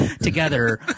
together